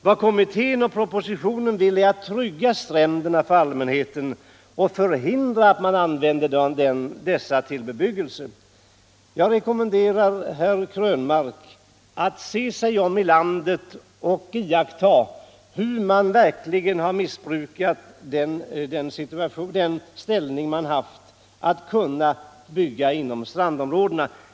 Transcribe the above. Vad kommittén och pro — Nr 145 positionen vill är att trygga stränderna för allmänheten och förhindra Lördagen den att man använder dem för bebyggelse. 14 december 1974 Jag rekommenderar herr Krönmark att se sig om i landet och iaktta hur man har missbrukat den möjlighet man haft att kunna bygga inom Ändringar i strandområdena.